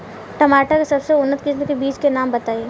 टमाटर के सबसे उन्नत किस्म के बिज के नाम बताई?